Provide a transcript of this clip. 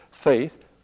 faith